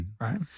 Right